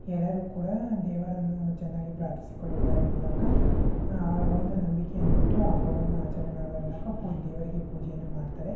ಎಲ್ಲರೂ ಕೂಡ ದೇವರನ್ನು ಚೆನ್ನಾಗಿ ಪ್ರಾರ್ಥಿಸಿಕೊಳ್ಳುವುದರ ಮೂಲಕ ಆ ಒಂದು ನಂಬಿಕೆಯನ್ನು ಇಟ್ಟು ಹಬ್ಬವನ್ನು ಆಚರಣೆ ಮಾಡುವುದರ ಮೂಲಕ ಪೂ ದೇವರಿಗೆ ಪೂಜೆಯನ್ನು ಮಾಡ್ತಾರೆ